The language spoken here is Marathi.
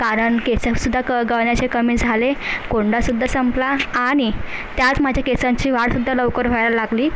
कारण केससुद्धा क् गळण्याचे कमी झाले कोंडासुद्धा संपला आणि त्यात माझ्या केसांची वाढसुद्धा लवकर व्हायला लागली